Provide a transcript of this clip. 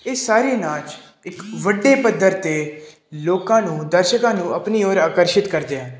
ਇਹ ਸਾਰੇ ਨਾਚ ਇੱਕ ਵੱਡੇ ਪੱਧਰ 'ਤੇ ਲੋਕਾਂ ਨੂੰ ਦਰਸ਼ਕਾਂ ਨੂੰ ਆਪਣੀ ਔਰ ਆਕਰਸ਼ਿਤ ਕਰਦੇ ਹਨ